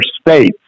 states